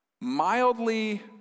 mildly